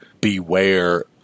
beware